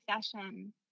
session